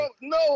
No